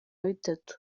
bitatu